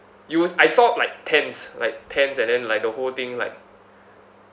it was I saw like tents like tents and then like the whole thing like